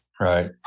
right